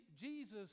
Jesus